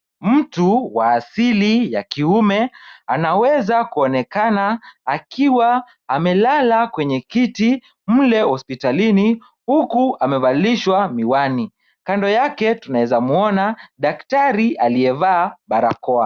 Mtu wa asili ya kiume anaweza kuonekana akiwa amelala kwenye kiti mle hospitalini huku amevalishwa miwani, Kando yake tunaeza mwona daktari aliyevaa barakoa.